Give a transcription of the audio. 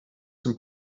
zum